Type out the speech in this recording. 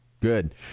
good